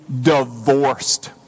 divorced